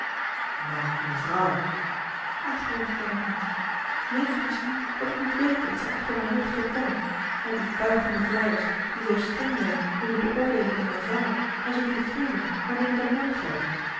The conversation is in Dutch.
drietal novellen ach ontken het niet meent u misschien dat ik niet weet wat zij achter mijn rug vertellen al die buigende vleiers die zoo streng zijn in de beoordeeling eener vrouw en zoo toegevend wanneer het een man geldt